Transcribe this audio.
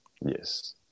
Yes